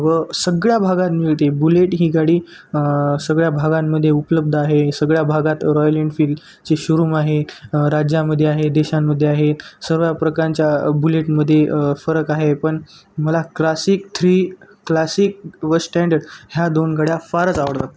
व सगळ्या भागात मिळते बुलेट ही गाडी सगळ्या भागांमध्ये उपलब्ध आहे सगळ्या भागात रॉयल एन्फिल्डचे शोरूम आहे राज्यामध्ये आहे देशांमध्ये आहेत सर्व प्रकारच्या बुलेटमध्ये फरक आहे पण मला क्लासिक थ्री क्लासिक व स्टँडर्ड ह्या दोन गड्या फारच आवडतात